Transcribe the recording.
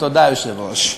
תודה, היושב-ראש.